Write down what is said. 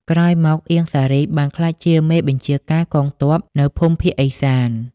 ក្រោយមក អៀង សារី បានក្លាយជាមេបញ្ជា ការកងទ័ពនៅភូមិភាគឦសាន។